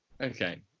Okay